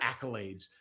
accolades